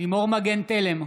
לימור מגן תלם,